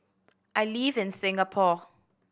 I live in Singapore